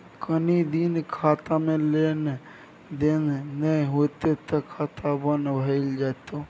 कनी दिन खातामे लेन देन नै हेतौ त खाता बन्न भए जेतौ